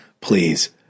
Please